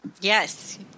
Yes